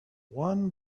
one